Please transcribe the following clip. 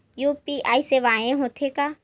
UPI सेवाएं हो थे का?